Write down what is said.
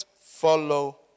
follow